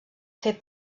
fer